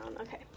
okay